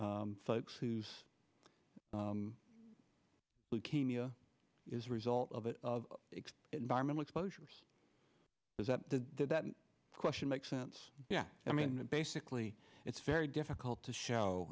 of folks whose leukemia is a result of it of environmental exposures is that the question makes sense yeah i mean basically it's very difficult to show